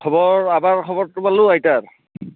খবৰ আবাৰ খবৰটো পালোঁ আইতাৰ